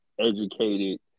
educated